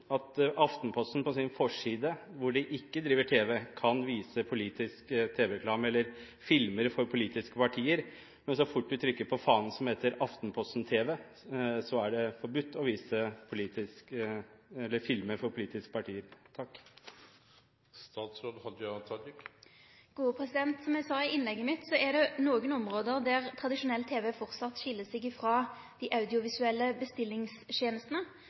på sin forside, hvor de ikke driver tv, kan vise filmer for politiske partier, men så fort man trykker på fanen som heter Aftenposten-tv, er det forbudt å vise filmer for politiske partier? Som eg sa i innlegget mitt, er det nokre område der tradisjonell tv framleis skil seg frå dei audiovisuelle